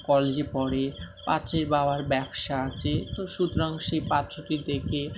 কলেজে পড়ে পাত্রের বাবার ব্যবসা আছে তো সুতরাং সেই পাত্রটি দেখে